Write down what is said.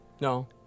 No